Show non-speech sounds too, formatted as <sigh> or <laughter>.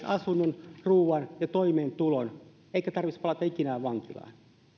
<unintelligible> asunnon ruoan ja toimeentulon eikä tarvitsisi palata ikinä vankilaan